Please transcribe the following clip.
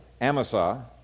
Amasa